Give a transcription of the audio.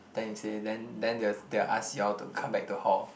then you say then then they will they will ask you all to come back to hall